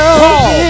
call